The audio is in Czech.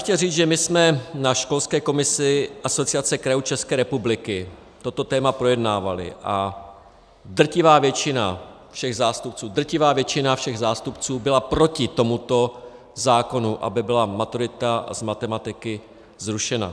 Chtěl bych říct, že jsme na školské komisi Asociace krajů ČR toto téma projednávali a drtivá většina všech zástupců drtivá většina všech zástupců byla proti tomuto zákonu, aby byla maturita z matematiky zrušena.